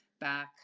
back